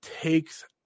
takes